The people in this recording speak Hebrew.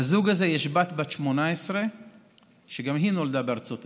לזוג הזה יש בת בת 18 שגם היא נולדה בארצות הברית.